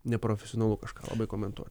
neprofesionalu kažką komentuot